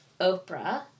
Oprah